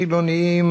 חילונים,